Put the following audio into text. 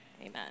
amen